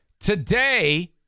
today